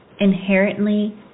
inherently